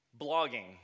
blogging